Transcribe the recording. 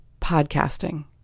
podcasting